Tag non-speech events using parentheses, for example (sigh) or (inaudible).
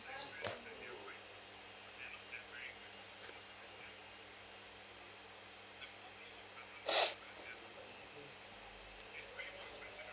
(breath)